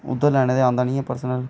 उद्धर ते लैने गी औंदा निं ऐ पर्सनल